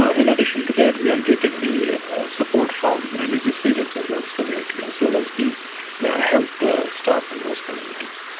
ah in addition to that we are getting the support from religious leaders in those communities, as well as the health staff in those communities,